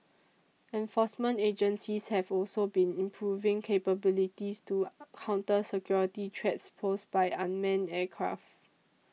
enforcement agencies have also been improving capabilities to counter security threats posed by unmanned aircraft